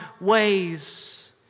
ways